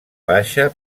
baixa